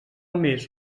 més